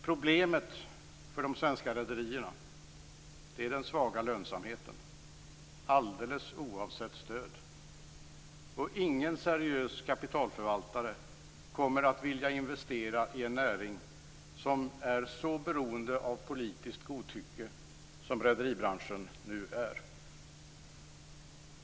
Problemet för de svenska rederierna är den svaga lönsamheten alldeles oavsett stöd. Ingen seriös kapitalförvaltare kommer att vilja investera i en näring som är så beroende av politiskt godtycke som rederibranschen nu är.